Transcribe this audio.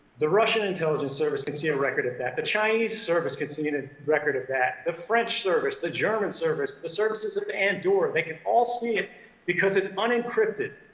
the russian intelligence service can see a record of that, the chinese service can see and a record of that, the french service, the german service, the services of andorra. they can all see it because it's unencrypted.